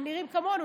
הם נראים ממש כמונו,